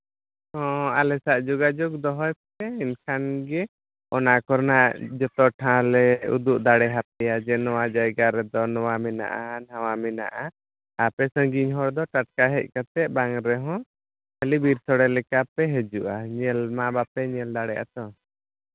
ᱦᱚᱸ ᱟᱞᱮ ᱥᱟᱜ ᱡᱳᱜᱟᱡᱳᱜᱽ ᱫᱚᱦᱚᱭ ᱯᱮ ᱮᱱᱠᱷᱟᱱ ᱜᱮ ᱚᱱᱟ ᱠᱚᱨᱮᱱᱟᱜ ᱡᱚᱛᱚ ᱴᱷᱟᱶᱞᱮ ᱩᱫᱩᱜ ᱫᱟᱲᱮᱭᱟ ᱯᱮᱭᱟ ᱡᱮ ᱱᱚᱣᱟ ᱡᱟᱭᱜᱟ ᱨᱮᱫᱚ ᱱᱚᱣᱟ ᱢᱮᱱᱟᱜᱼᱟ ᱦᱟᱱᱟ ᱢᱮᱱᱟᱜᱼᱟ ᱟᱯᱮ ᱥᱟᱺᱜᱤᱧ ᱦᱚᱲ ᱫᱚ ᱴᱟᱴᱠᱟ ᱦᱮᱡ ᱠᱟᱛᱮᱫ ᱵᱟᱝ ᱨᱮᱦᱚᱸ ᱠᱷᱟᱹᱞᱤ ᱵᱤᱨ ᱥᱳᱲᱮ ᱞᱮᱠᱟᱯᱮ ᱦᱤᱡᱩᱜᱼᱟ ᱧᱮᱞ ᱢᱟ ᱵᱟᱯᱮ ᱧᱮᱞ ᱫᱟᱲᱮᱭᱟᱜᱼᱟ ᱛᱚ